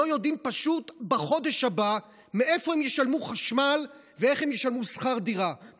פשוט לא יודעים מאיפה הם ישלמו חשמל ואיך הם ישלמו שכר דירה בחודש הבא,